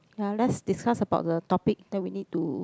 ya lets discuss about the topic then we need to